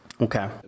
Okay